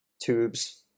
tubes